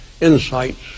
insights